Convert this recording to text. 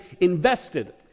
invested